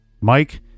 Mike